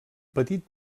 petit